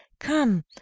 come